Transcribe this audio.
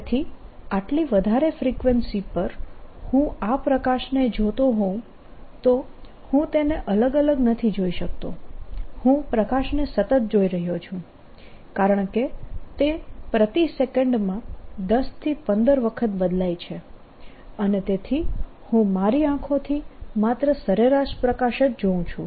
તેથી આટલી વધારે ફ્રિક્વન્સી પર હું આ પ્રકાશને જોતો હોઉં તો હું તેને અલગ અલગ નથી જોઈ શકતો હું પ્રકાશને સતત જોઈ રહ્યો છું કારણકે તે પ્રતિ સેકન્ડમાં દસથી પંદર વખત બદલાય છે અને તેથી હું મારી આંખોથી માત્ર સરેરાશ પ્રકાશ જ જોઉં છું